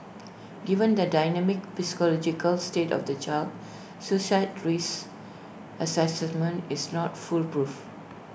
given the dynamic psychological state of the child suicide risk Assessment is not foolproof